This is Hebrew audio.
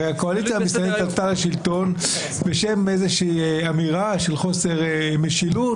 הרי הקואליציה המסתמנת עלתה לשלטון בשם איזושהי אמירה של חוסר משילות,